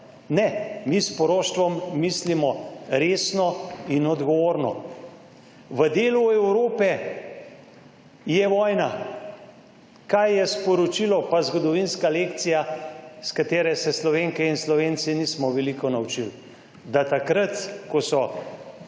Ne. Mi s poroštvom mislimo resno in odgovorno. V delu Evrope je vojna. Kaj je sporočilo pa zgodovinska lekcija, iz katere se Slovenke in Slovenci nismo veliko naučili? Da takrat, ko so